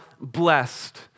blessed